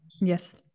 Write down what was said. Yes